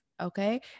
Okay